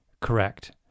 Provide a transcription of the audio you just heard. correct